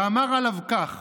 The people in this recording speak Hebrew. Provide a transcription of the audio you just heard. ואמר עליו כך: